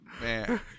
man